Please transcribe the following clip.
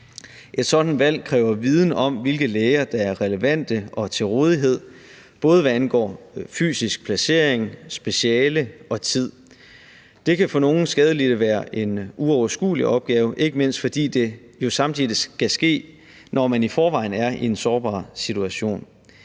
Et sådant valg kræver viden om, hvilke læger der er relevante og til rådighed, både hvad angår fysisk placering, speciale og tid. Det kan for nogle skadelidte være en uoverskuelig opgave, ikke mindst fordi det jo samtidig skal ske, når man i forvejen er i en sårbar situation.